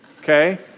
okay